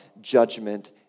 judgment